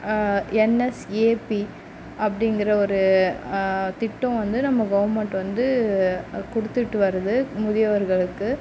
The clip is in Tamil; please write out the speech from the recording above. என்எஸ்ஏபி அப்படிங்கிற ஒரு திட்டம் வந்து நம்ப கவர்மெண்ட் வந்து கொடுத்துட்டு வருது முதியோர்களுக்கு